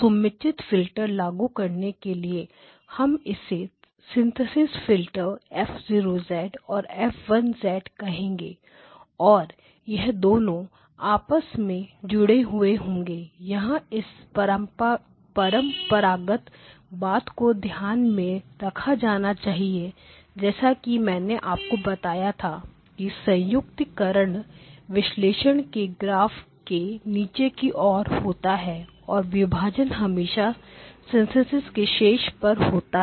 समुचित फिल्टर लागू करने के लिए हम इसे सिंथेसिस फिल्टर F0 और F1 कहेंगे और यह दोनों आपस में जुड़े हुए होंगे यहां इस परंपरागत बात को ध्यान में रखा जाना चाहिए जैसा कि मैंने आपको बताया था कि संयुक्त करण विश्लेषण के ग्राफ के नीचे की ओर होता है और विभाजन हमेशा सिंथेसिस के शीर्ष पर होता है